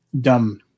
dumb